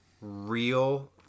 real